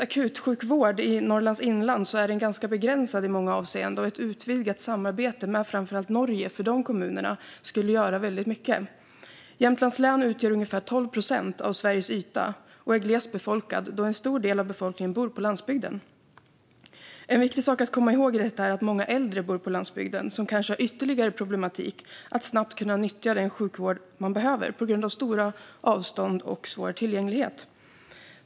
Akutsjukvården i Norrlands inland är ganska begränsad i många avseenden, och ett utvidgat samarbete med framför allt Norge skulle göra väldigt mycket för de berörda kommunerna. Jämtlands län utgör ungefär 12 procent av Sveriges yta och är glest befolkat, då en stor del av befolkningen bor på landsbygden. En viktig sak att komma ihåg i detta är att många äldre bor på landsbygden och att de kanske har ytterligare problem när det gäller att snabbt kunna nyttja den sjukvård de behöver på grund av stora avstånd och dålig tillgänglighet.